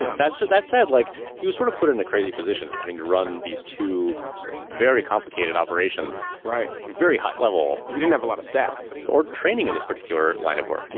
yeah that's it. that said, like he was sort of put in a crazy position having to run these two very complicated operations. right. very high level. he didn't have a lot of staff or training in this particular line of work. you